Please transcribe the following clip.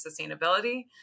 sustainability